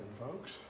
folks